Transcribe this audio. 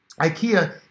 Ikea